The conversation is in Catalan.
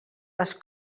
les